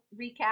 recap